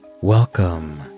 Welcome